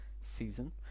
season